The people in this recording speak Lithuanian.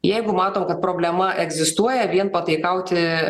jeigu matom kad problema egzistuoja vien pataikauti